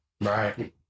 Right